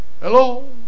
Hello